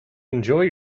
enjoy